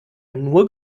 nur